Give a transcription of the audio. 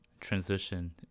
transition